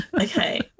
Okay